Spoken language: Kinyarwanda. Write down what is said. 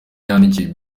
yandikiwe